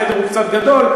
החדר הוא קצת גדול.